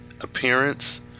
appearance